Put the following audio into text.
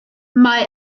mae